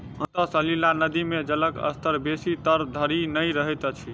अंतः सलीला नदी मे जलक स्तर बेसी तर धरि नै रहैत अछि